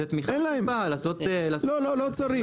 זו תמיכה --- לא צריך.